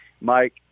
Mike